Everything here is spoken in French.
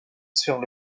sur